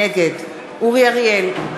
נגד אורי אריאל,